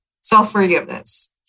self-forgiveness